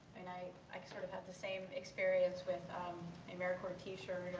and i sort of had the same experience with an americorps t-shirt,